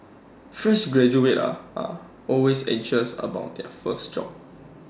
fresh graduates are are always anxious about their first job